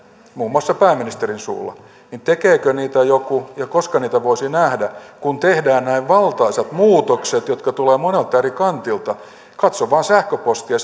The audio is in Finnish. muun muassa pääministerin suulla niin tekeekö niitä joku ja koska niitä voisi nähdä kun tehdään näin valtaisat muutokset jotka tulevat monelta eri kantilta katson vain sähköpostia